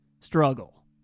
struggle